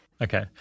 Okay